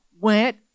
went